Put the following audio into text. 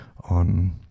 on